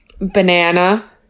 banana